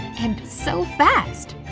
and so fast?